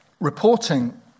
Reporting